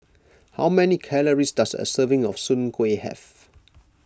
how many calories does a serving of Soon Kuih have